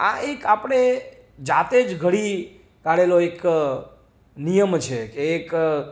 આ એક આપણે જાતે જ ઘડી કાઢેલો એક નિયમ છે એક